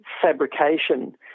fabrication